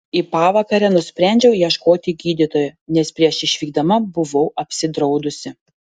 į pavakarę nusprendžiau ieškoti gydytojo nes prieš išvykdama buvau apsidraudusi